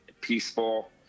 peaceful